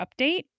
update